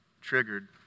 triggered